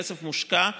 כסף מושקע בבורסה,